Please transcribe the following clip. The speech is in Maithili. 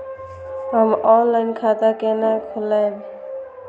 हम ऑनलाइन खाता केना खोलैब?